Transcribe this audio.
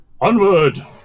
Onward